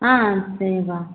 ஆ சரிப்பா